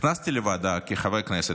נכנסתי לוועדה כחבר כנסת.